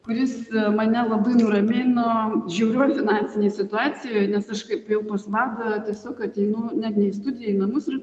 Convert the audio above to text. kuris mane labai nuramino žiaurioj finansinėj situacijoj nes aš kaip ėjau pas vladą tiesiog ateinu net ne į studiją į namus ir